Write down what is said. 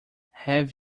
have